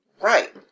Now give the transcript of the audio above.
Right